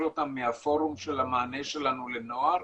אותם מהפורום של המענה שלנו לנוער,